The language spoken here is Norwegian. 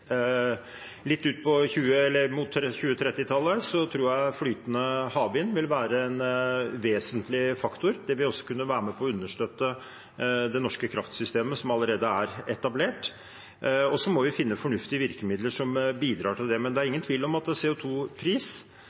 Litt ut på 2030-tallet tror jeg flytende havvind vil være en vesentlig faktor. Det vil også kunne være med på å understøtte det norske kraftsystemet som allerede er etablert. Så må vi finne fornuftige virkemidler som bidrar til det. Det er ingen tvil om at